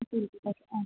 fifty rupees okay ആ